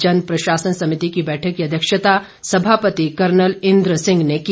जन प्रशासन समिति की बैठक की अध्यक्षता समापति कर्नल इंद्र सिंह ने की